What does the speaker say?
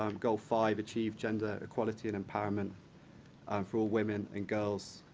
um goal five, achieve gender equality and empowerment for all women and girls,